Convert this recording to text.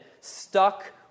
stuck